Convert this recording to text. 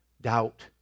doubt